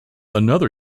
another